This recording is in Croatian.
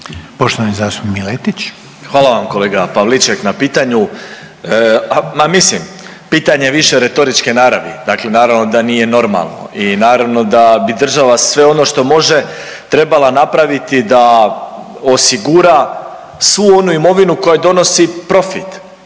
Marin (MOST)** Hvala vam kolega Pavliček na pitanju, ma mislim pitanje je više retoričke naravi, dakle naravno da nije normalno i naravno da bi država sve ono što može trebala napraviti da osigura svu onu imovinu koja donosi profit,